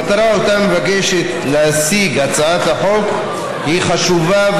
המטרה שמבקשת להשיג הצעת החוק חשובה,